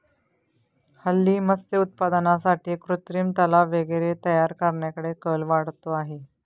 हल्ली मत्स्य उत्पादनासाठी कृत्रिम तलाव वगैरे तयार करण्याकडे कल वाढतो आहे